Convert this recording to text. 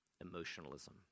emotionalism